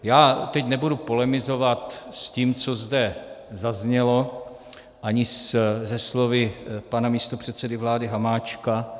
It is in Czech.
Já teď nebudu polemizovat s tím, co zde zaznělo, ani se slovy pana místopředsedy vlády Hamáčka.